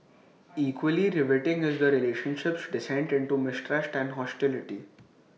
equally riveting is the relationship's descent into mistrust and hostility